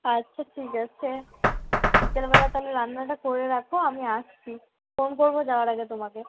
আচ্ছা ঠিক আছে বিকেলবেলা তাহলে রান্নাটা করে রাখো আমি আসছি ফোন করবো যাওয়ার আগে তোমাকে